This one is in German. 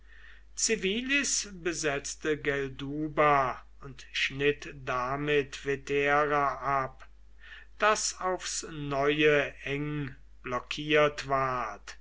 civilis besetzte gelduba und schnitt damit vetera ab das aufs neue eng blockiert ward